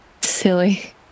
Silly